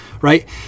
right